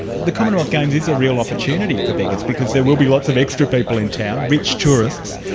the commonwealth games is a real opportunity for beggars, because there will be lots of extra people in town, rich tourists,